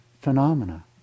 phenomena